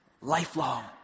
lifelong